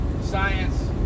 science